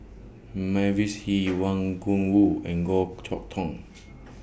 Mavis Hee Wang Gungwu and Goh Chok Tong